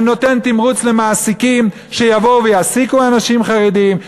אני נותן תמריץ למעסיקים שיבואו ויעסיקו אנשים חרדים,